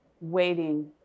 waiting